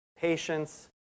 patience